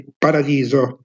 Paradiso